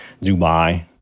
Dubai